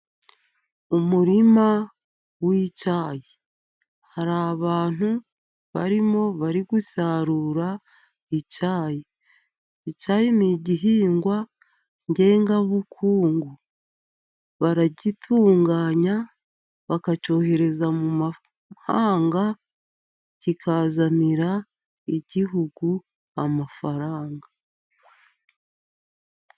Umurima w'icyayi. Hari abantu barimo bari gusarura icyayi. Icyayi ni igihingwa ngengabukungu, baragitunganya bakacyohereza mu mahanga, kikazanira igihugu amafaranga.